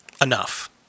Enough